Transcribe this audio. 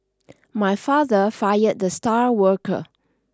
my father fired the star worker